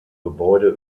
gebäude